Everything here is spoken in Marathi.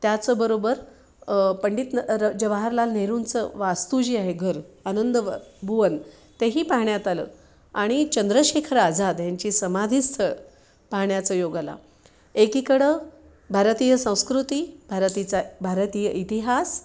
त्याचबरोबर पंडित न र जवाहरलाल नेहरूंचं वास्तू जी आहे घर आनंद व भुवन तेही पाहण्यात आलं आणि चंद्रशेखर आझाद यांची समाधीस्थळ पाहण्याचा योग आला एकीकडं भारतीय संस्कृती भारतीचा भारतीय इतिहास